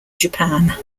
japan